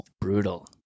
brutal